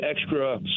extra